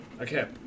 okay